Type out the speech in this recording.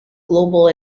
global